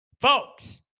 Folks